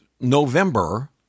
November